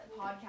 podcast